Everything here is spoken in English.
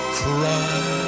cry